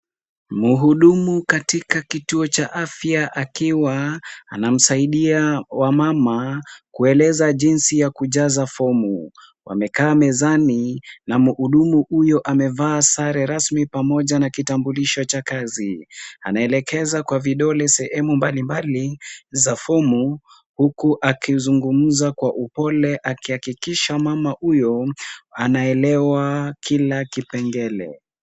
Mhudumu katika kituo cha afya akiwa anamsaidia wamama kueleza jinsi ya kujaza fomu. Wamekaa mezani na mhudumu huyo amevaa sare rasmi pamoja na kitambulisho cha kazi. Anaelekeza kwa vidole sehemu mbalimbali za fomu huku akizungumza kwa upole akihakikisha mama huyu anaelewa kila kipengele.